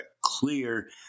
clear